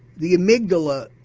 the amygdala,